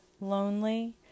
lonely